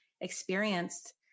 experienced